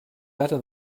better